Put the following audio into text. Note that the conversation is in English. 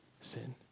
sin